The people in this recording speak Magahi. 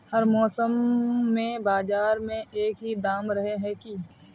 हर मौसम में बाजार में एक ही दाम रहे है की?